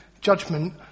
judgment